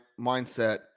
mindset